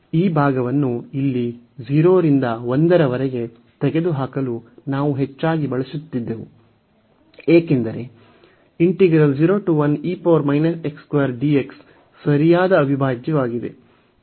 ಈ ಭಾಗವನ್ನು ಇಲ್ಲಿ 0 ರಿಂದ 1 ರವರೆಗೆ ತೆಗೆದುಹಾಕಲು ನಾವು ಹೆಚ್ಚಾಗಿ ಬಳಸುತ್ತಿದ್ದೆವು ಏಕೆಂದರೆ ಸರಿಯಾದ ಅವಿಭಾಜ್ಯವಾಗಿದೆ